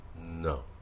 No